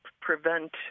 prevent